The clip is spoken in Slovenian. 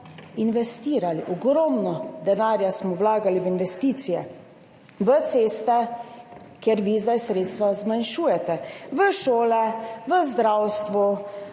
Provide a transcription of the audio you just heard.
investirali, ogromno denarja smo vlagali v investicije, v ceste, kjer vi zdaj zmanjšujete sredstva, v šole, v zdravstvo,